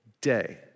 day